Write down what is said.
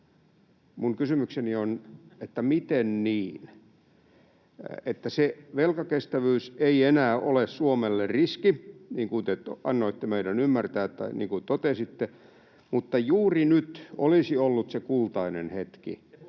Minun kysymykseni on, että miten niin. Se velkakestävyys ei enää ole Suomelle riski, niin te annoitte meidän ymmärtää, niin totesitte, mutta juuri nyt olisi ollut se kultainen hetki,